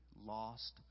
lost